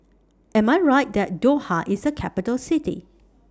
Am I Right that Doha IS A Capital City